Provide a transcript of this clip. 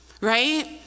right